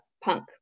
punk